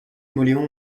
mauléon